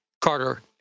Carter